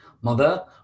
Mother